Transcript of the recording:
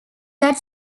that